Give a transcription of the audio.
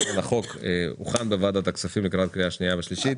החוק הוכן בוועדת הכספים לקראת קריאה שנייה ושלישית